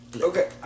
Okay